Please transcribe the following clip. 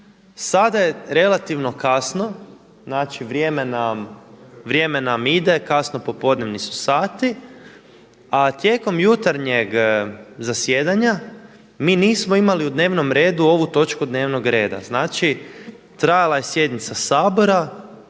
sada je relativno kasno, znači vrijeme nam ide, kasnopopodnevni su sati, a tijekom jutarnjeg zasjedanja mi nismo imali u dnevnom redu ovu točku dnevnog reda. Znači trajala je sjednica Sabora,